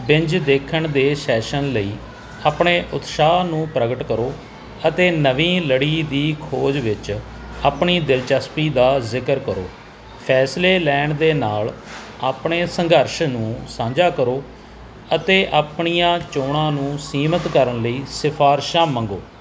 ਵਿੰਜ ਚ ਦੇਖਣ ਦੇ ਸੈਸ਼ਨ ਲਈ ਆਪਣੇ ਉਤਸਾਹ ਨੂੰ ਪ੍ਰਗਟ ਕਰੋ ਅਤੇ ਨਵੀਂ ਲੜੀ ਦੀ ਖੋਜ ਵਿੱਚ ਆਪਣੀ ਦਿਲਚਸਪੀ ਦਾ ਜ਼ਿਕਰ ਕਰੋ ਫੈਸਲੇ ਲੈਣ ਦੇ ਨਾਲ ਆਪਣੇ ਸੰਘਰਸ਼ ਨੂੰ ਸਾਂਝਾ ਕਰੋ ਅਤੇ ਆਪਣੀਆਂ ਚੋਣਾਂ ਨੂੰ ਸੀਮਤ ਕਰਨ ਲਈ ਸਿਫਾਰਸ਼ਾਂ ਮੰਗੋ